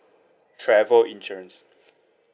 travel insurance